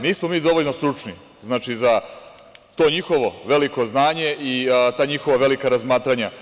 Nismo mi dovoljno stručni za to njihovo veliko znanje i ta njihova velika razmatranja.